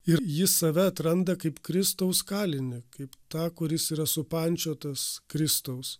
ir jis save atranda kaip kristaus kalinį kaip tą kuris yra supančiotas kristaus